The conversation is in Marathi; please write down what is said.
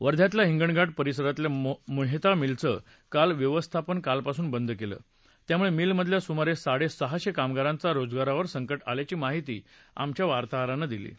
वध्यातल्या हिंगणघाट परिसरातल्या मोहता मिलचं काम व्यवस्थापनानं कालपासून बंद केलं त्यामुळे मिलमधल्या सुमारे साडेसहाशे कामगारांचा रोजगारावर संकट ल्याची माहिती मच्या वार्ताहरानं कळवली हे